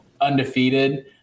undefeated